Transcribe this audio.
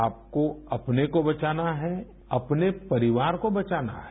आपको अपने को बचाना है अपने परिवार को बचाना है